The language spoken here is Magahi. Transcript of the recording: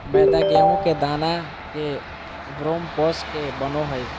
मैदा गेहूं के दाना के भ्रूणपोष से बनो हइ